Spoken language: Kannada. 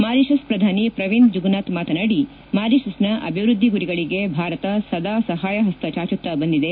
ಮಾರಿಷಸ್ ಪ್ರಧಾನಿ ಪ್ರವೀಂದ್ ಜುಗ್ನಾಥ್ ಮಾತನಾಡಿ ಮಾರಿಷಸ್ನ ಅಭಿವೃದ್ಧಿ ಗುರಿಗಳಿಗೆ ಭಾರತ ಸದಾ ಸಹಾಯ ಪಸ್ತ ಚಾಚುತ್ತಾ ಬಂದಿದೆ